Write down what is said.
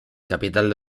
capital